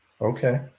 Okay